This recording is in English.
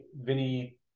Vinny